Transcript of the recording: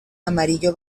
amarillo